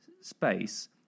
space